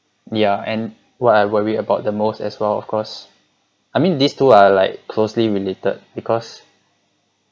yeah and what I worry about the most as well of course I mean these two are like closely related because